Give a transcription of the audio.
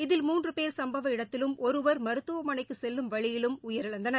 இதில் மூன்று போ சம்பவ இடத்திலும் ஒருவர் மருத்துவமனைக்கு செல்லும் வழியிலும் உயிரிழந்தனர்